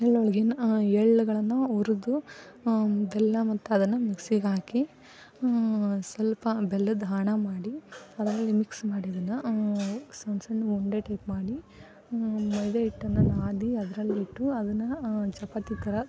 ಎಳ್ಳು ಹೋಳಿಗೇನ ಎಳ್ಳುಗಳನ್ನ ಹುರ್ದು ಬೆಲ್ಲ ಮತ್ತು ಅದನ್ನು ಮಿಕ್ಸಿಗೆ ಹಾಕಿ ಸ್ವಲ್ಪ ಬೆಲ್ಲದ ಹಣ ಮಾಡಿ ಅದರಲ್ಲಿ ಮಿಕ್ಸ್ ಮಾಡಿ ಅದನ್ನ ಸಣ್ಣ ಸಣ್ಣ ಉಂಡೆ ಟೈಪ್ ಮಾಡಿ ಮೈದಾ ಹಿಟ್ಟನ್ನು ನಾದಿ ಅದರಲ್ಲಿಟ್ಟು ಅದನ್ನು ಚಪಾತಿ ಥರ